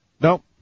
No